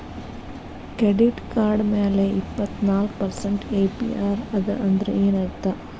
Credit card ಮ್ಯಾಲೆ ಇಪ್ಪತ್ನಾಲ್ಕ್ percent APR ಅದ ಅಂದ್ರೇನ್ ಅರ್ಥ?